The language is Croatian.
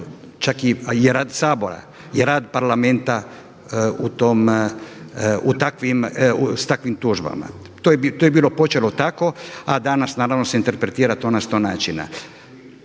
čak i rad Sabora i rad parlamenta sa takvim tužbama. To je bilo počelo tako a danas naravno se interpretira to na 100 načina.